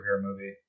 movie